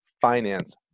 finance